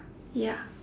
ya